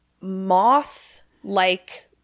moss-like